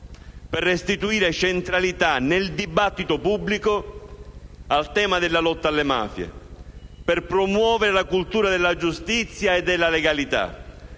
per restituire centralità nel dibattito pubblico al tema della lotta alle mafie, per promuovere la cultura della giustizia e della legalità,